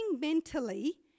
mentally